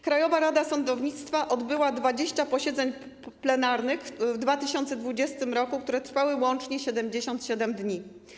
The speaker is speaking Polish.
Krajowa Rada Sądownictwa odbyła 20 posiedzeń plenarnych w 2020 r., które trwały łącznie 77 dni.